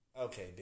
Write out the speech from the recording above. okay